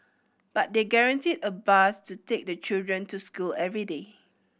but they guaranteed a bus to take the children to school every day